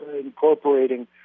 incorporating